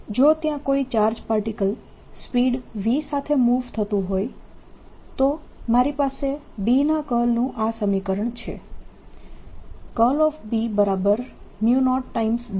જો ત્યાં કોઈ ચાર્જ પાર્ટીકલ સ્પીડ v સાથે મૂવ થતું હોય તો મારી પાસે B ના કર્લનું આ સમીકરણ છે B0 J છે